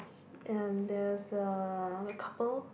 and there's a couple